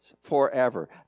forever